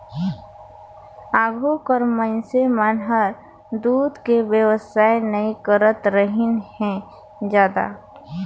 आघु कर मइनसे मन हर दूद के बेवसाय नई करतरहिन हें जादा